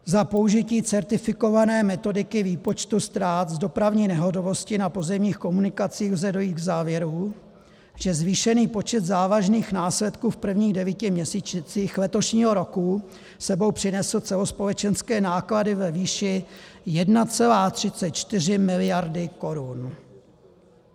Za použití certifikované metodiky výpočtu ztrát v dopravní nehodovosti na pozemních komunikacích lze dojít k závěru, že zvýšený počet závažných následků v prvních devíti měsících letošního roku s sebou přinesl celospolečenské náklady ve výši 1,34 mld. korun.